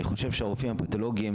אני חושב שהרופאים הפתולוגים,